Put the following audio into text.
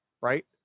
right